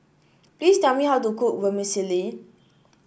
please tell me how to cook Vermicelli